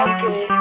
Okay